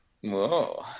Whoa